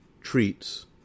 treats